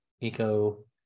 eco